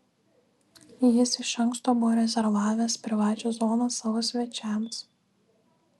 jis iš anksto buvo rezervavęs privačią zoną savo svečiams